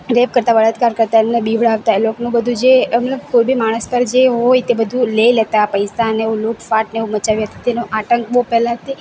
rape કરતા બળાત્કાર કરતા એમને બીવડાવતા એ લોકોનું બધું જે એમનું કોઇ બી માણસ પર જે હોય તે બધું લઈ લેતા પૈસા અને એવું લૂંટ ફાટ ને એવું મચાવ્યા તેનો આતંક બહુ પહેલાંથી